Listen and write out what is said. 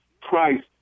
Christ